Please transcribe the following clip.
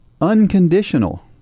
unconditional